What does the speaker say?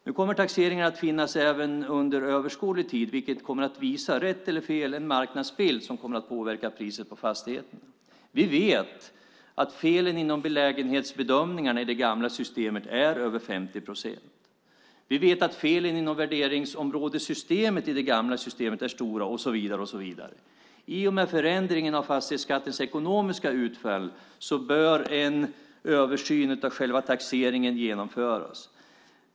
Nu kommer taxeringarna att finnas även under överskådlig tid, vilket kommer att visa, rätt eller fel, en marknadsbild som kommer att påverka priset på fastigheter. Vi vet att felen inom belägenhetsbedömningarna i det gamla systemet är över 50 procent. Vi vet att felen inom värderingsområdessystemet i det gamla systemet är stora och så vidare. I och med förändringen av fastighetsskattens ekonomiska utfall bör en översyn av själva taxeringen genomföras.